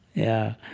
yeah.